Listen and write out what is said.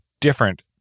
different